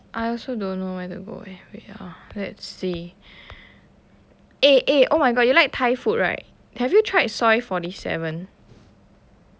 I also don't know where to go eh wait ah let's see eh eh oh my god you like thai food right have you tried soi forty seven